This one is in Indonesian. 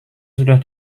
sudah